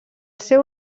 seu